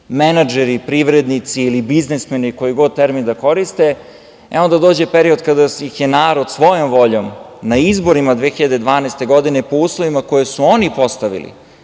menadžeri, privrednici ili biznismeni, koji god termin da koriste, onda dođe period kada ih je narod, svojom voljom, na izborima 2012. godine, po uslovima koji su oni postavili,